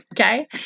Okay